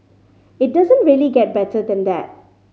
it doesn't really get better than that